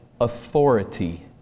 authority